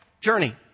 Journey